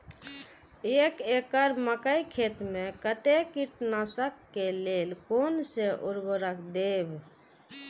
एक एकड़ मकई खेत में कते कीटनाशक के लेल कोन से उर्वरक देव?